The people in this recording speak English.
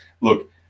look